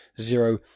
zero